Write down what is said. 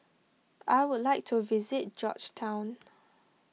I would like to visit Georgetown